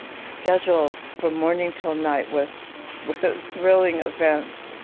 schedule from morning till night with thrilling events.